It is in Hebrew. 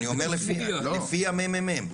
אני אומר לפי הממ"מ.